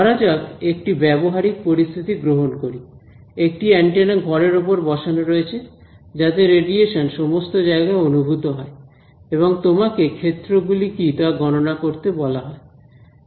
ধরা যাক একটি ব্যবহারিক পরিস্থিতি গ্রহণ করি একটি অ্যান্টেনা ঘরের উপর বসানো রয়েছে যাতে রেডিয়েশন সমস্ত জায়গায় অনুভূত হয় এবং তোমাকে ক্ষেত্রগুলি কী তা গণনা করতে বলা হয়